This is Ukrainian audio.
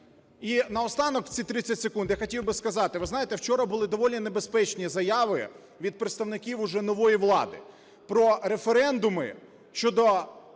І наостанок в ці 30 секунд я хотів би сказати. Ви знаєте, вчора були доволі небезпечні заяви від представників уже нової влади про референдуми щодо